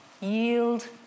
yield